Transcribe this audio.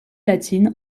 latine